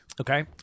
Okay